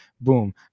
Boom